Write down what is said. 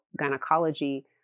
gynecology